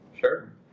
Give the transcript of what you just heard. Sure